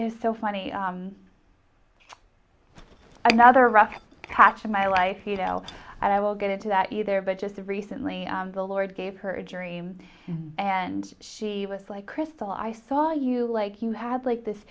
is so funny another rough patch of my life you know i will get into that either but just recently the lord gave her a dream and she was like crystal i saw you like you had like this